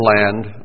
land